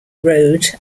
road